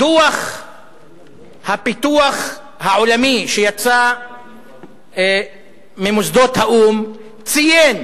דוח הפיתוח העולמי שיצא ממוסדות האו"ם ציין